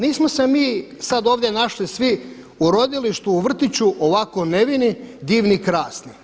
Nismo se mi sad ovdje našli svi u rodilištu, u vrtiću ovako nevini, divni krasni.